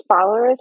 followers